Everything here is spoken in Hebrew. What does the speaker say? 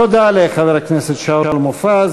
תודה לחבר הכנסת שאול מופז.